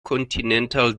continental